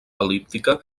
el·líptica